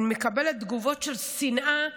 אני מקבלת תגובות של שנאה טהורה.